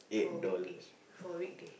for weekday for weekday